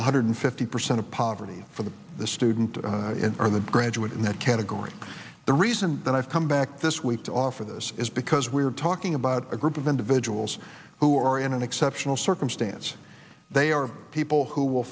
one hundred fifty percent of poverty for the the student in the graduate in that category the reason that i've come back this week to offer this is because we're talking about a group of individuals who are in an exceptional circumstance they are people who will